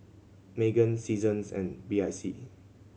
Megan Seasons and B I C